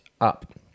up